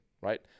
right